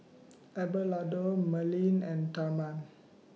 Abelardo Melanie and Therman